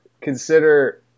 consider